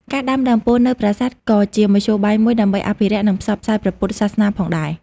ការដាំដើមពោធិ៍នៅប្រាសាទ ក៏ជាមធ្យោបាយមួយ ដើម្បីអភិរក្ស និងផ្សព្វផ្សាយព្រះពុទ្ធសាសនាផងដែរ។